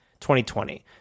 2020